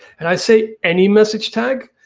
and i say any message tag,